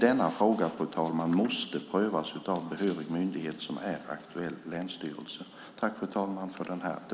Denna fråga måste dock, fru talman, prövas av behörig myndighet, som är aktuell länsstyrelse.